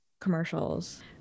commercials